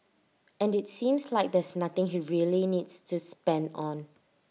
and IT seems like there's nothing he really needs to spend on